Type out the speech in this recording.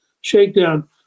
Shakedown